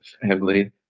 family